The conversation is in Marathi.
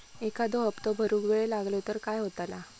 एखादो हप्तो भरुक वेळ लागलो तर काय होतला?